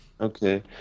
Okay